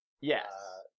Yes